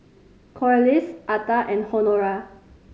Corliss Atha and Honora